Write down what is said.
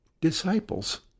disciples